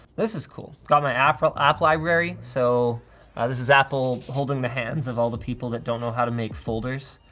this is cool. got my app library. so ah this is apple holding the hands of all the people that don't know how to make folders.